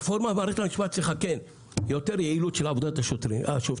הרפורמה במערכת המשפט צריכה יותר יעילות של עבודת השופטים.